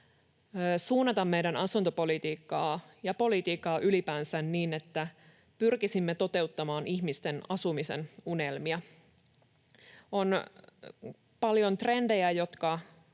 suunnata meidän asuntopolitiikkaa ja politiikkaa ylipäänsä niin, että pyrkisimme toteuttamaan ihmisten asumisen unelmia. On paljon trendejä, jotka